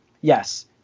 yes